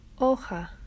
Hoja